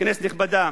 כנסת נכבדה,